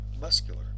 muscular